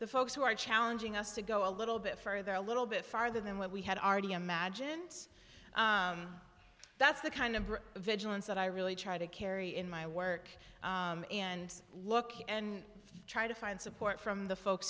the folks who are challenging us to go a little bit further a little bit farther than what we had already imagined that's the kind of vigilance that i really try to carry in my work and look and try to find support from the folks